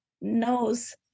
knows